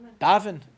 Davin